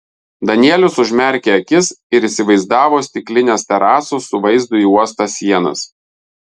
danielius užmerkė akis ir įsivaizdavo stiklines terasų su vaizdu į uostą sienas